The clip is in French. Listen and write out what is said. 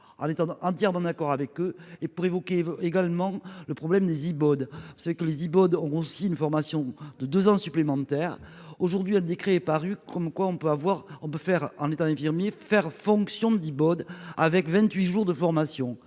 En étant entièrement d'accord avec eux et, pour évoquer également le problème des iPods, c'est que les iPods ont aussi une formation de 2 ans supplémentaires. Aujourd'hui un décret est paru comme quoi on peut avoir, on peut faire en étant infirmier faire fonction de 10 Bode avec 28 jours de formation